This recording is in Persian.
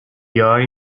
خوای